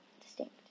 distinct